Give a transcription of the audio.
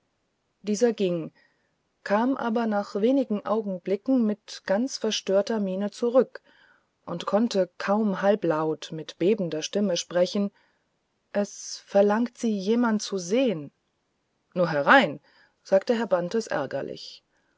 dieser ging kam aber nach wenigen augenblicken mit ganz verstörter miene zurück und konnte kaum halblaut mit bebender stimme sprechen es verlangt sie jemand zu sehen nur herein sagte herr bantes